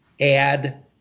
add